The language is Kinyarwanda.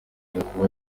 gakuba